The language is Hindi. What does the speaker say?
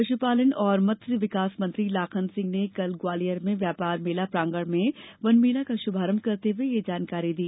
पशुपालन और मत्यविकास मंत्री लाखन सिंह ने कल ग्वालियर में व्यापार मेला प्रागण्ड में वनमेला का शुभारंभ करते हुए ये जानकारी दी